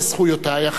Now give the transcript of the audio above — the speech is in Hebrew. אלה זכויותיו,